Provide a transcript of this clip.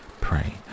Pray